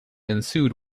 ensued